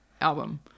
album